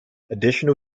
additional